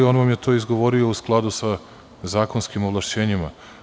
On vam je to izgovorio u skladu sa zakonskim ovlašćenjima.